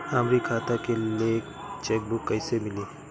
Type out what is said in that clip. हमरी खाता के लिए चेकबुक कईसे मिली?